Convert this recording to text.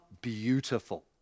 beautiful